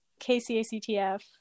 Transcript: KCACTF